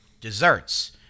desserts